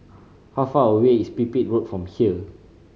how far away is Pipit Road from here